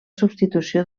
substitució